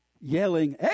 yelling